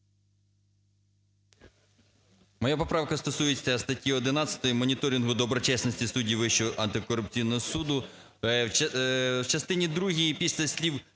Моя поправка стосується статті 11 моніторингу доброчесності суддів Вищого антикорупційного суду.